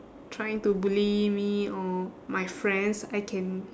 trying to bully me or my friends I can